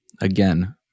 Again